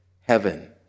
heaven